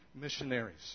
missionaries